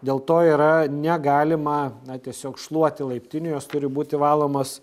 dėl to yra negalima na tiesiog šluoti laiptinių jos turi būti valomos